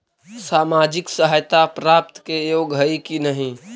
सामाजिक सहायता प्राप्त के योग्य हई कि नहीं?